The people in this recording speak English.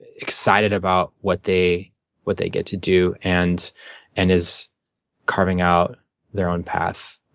excited about what they what they get to do and and is carving out their own path.